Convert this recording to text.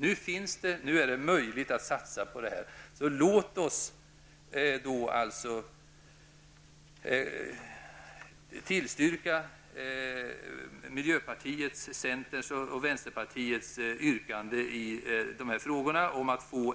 Nu är det möjligt att satsa på detta. Låt oss tillstyrka miljöpartiets, centerns och vänsterpartiets yrkande i dessa frågor om att få